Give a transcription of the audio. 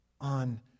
on